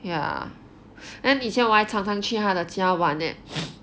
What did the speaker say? ya then 以前我还常常去他的家玩 eh